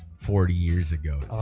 forty years ago